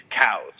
cows